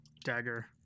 dagger